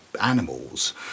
animals